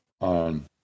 on